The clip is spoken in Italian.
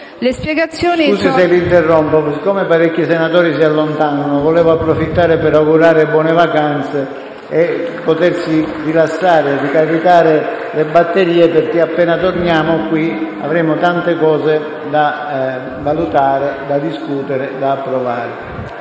scusi se la interrompo, siccome molti senatori si allontanano, vorrei approfittare per augurare buone vacanze, invitando a rilassarsi e a ricaricare le batterie perché appena torneremo avremo molte cose da valutare, da discutere e da approvare.